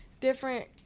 different